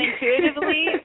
intuitively